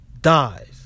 dies